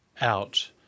out